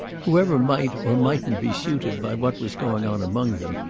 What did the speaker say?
whoever might or mightn't be suited by what was going on among them,